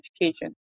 education